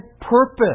purpose